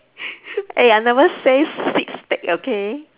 eh I never say six stack okay